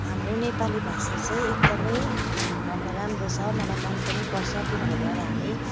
हाम्रो नेपली भाषा ड्राइभरै एकदमै अब राम्रो छ मलाई मन पनि पर्छ किनभने अब हामी